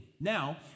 Now